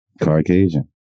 Caucasian